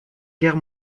guerre